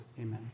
Amen